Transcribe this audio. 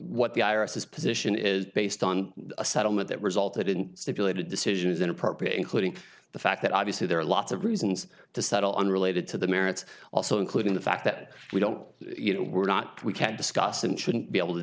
what the irises position is based on a settlement that resulted in stipulated decision is inappropriate including the fact that obviously there are lots of reasons to settle unrelated to the merits also including the fact that we don't you know we're not we can't discuss and shouldn't be able to